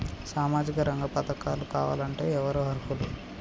సామాజిక రంగ పథకాలు కావాలంటే ఎవరు అర్హులు?